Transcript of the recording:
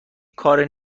کار